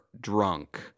drunk